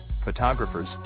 photographers